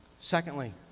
Secondly